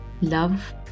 Love